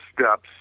steps